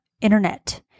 internet